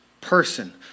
person